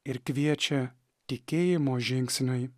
ir kviečia tikėjimo žingsniui